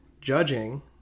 judging